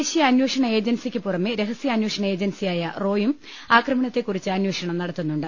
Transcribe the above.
ദേശീയ അന്വേഷണ ഏജൻസിക്ക് പുറമേ രഹസ്യാന്വേഷണ ഏജൻസിയായ റോയും ആക്രമണത്തെകുറിച്ച് അന്വേഷണം നടത്തുന്നുണ്ട്